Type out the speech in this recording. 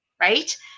Right